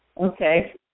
Okay